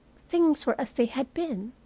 things were as they had been.